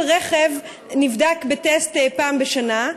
כל רכב נבדק בטסט פעם בשנה,